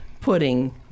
pudding